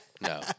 No